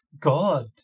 God